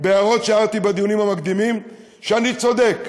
בהערות שהערתי בדיונים המקדימים, שאני צודק,